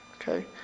Okay